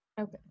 Okay